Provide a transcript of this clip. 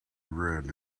read